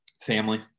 family